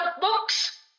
books